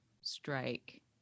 strike